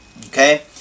okay